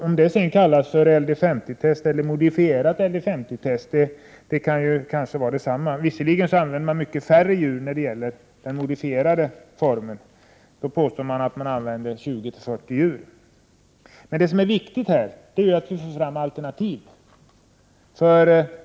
Om metoden kallas för LD50-test eller modifierad LDS50-test kan ju kanske göra detsamma. Man använder visserligen mycket färre djur när det gäller den modifierade formen. Man påstår att man då använder 20-40 djur. Det viktiga är dock att vi får fram alternativ.